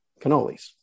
cannolis